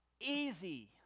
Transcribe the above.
easy